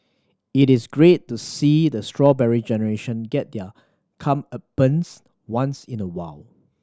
it is great to see the Strawberry Generation get their comeuppance once in the while